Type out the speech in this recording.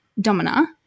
Domina